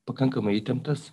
pakankamai įtemptas